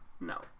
No